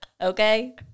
Okay